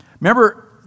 Remember